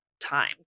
time